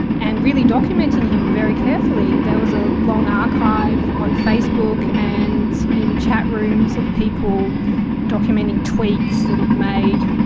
and really documenting him very carefully. there was a long archive in facebook and in chat rooms of people documenting tweets that he had made.